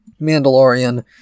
mandalorian